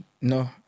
no